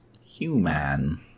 Human